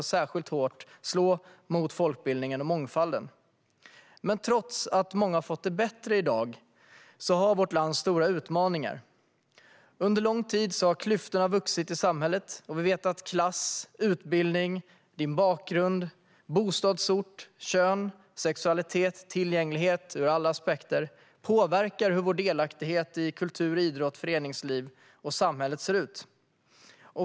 Särskilt hårt slår det mot folkbildningen och mångfalden. Men trots att många har fått det bättre i vårt land har vi stora utmaningar framför oss. Under lång tid har klyftorna i samhället vuxit. Vi vet att klass, utbildning, bakgrund, bostadsort, kön, sexualitet och tillgänglighet påverkar hur vår delaktighet i kultur-, idrotts-, förenings och samhällslivet ser ut.